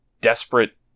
desperate